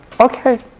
okay